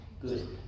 Good